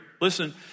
Listen